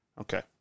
okay